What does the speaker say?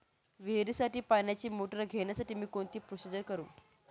विहिरीसाठी पाण्याची मोटर घेण्यासाठी मी कोणती प्रोसिजर करु?